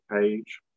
page